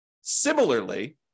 Similarly